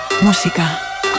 música